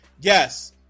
Yes